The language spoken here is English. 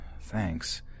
thanks